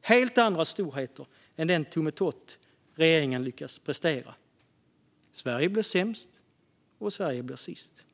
Det är helt andra storheter än den tummetott som regeringen lyckats prestera. Sverige blir sist, och Sverige blir sämst.